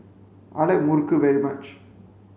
I like muruku very much